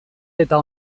eta